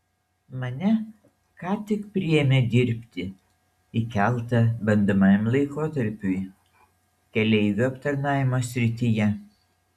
mane ką tik priėmė dirbti į keltą bandomajam laikotarpiui keleivių aptarnavimo srityje